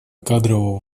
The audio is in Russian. кадрового